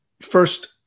first